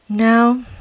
Now